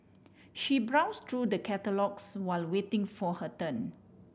she browse through the catalogues while waiting for her turn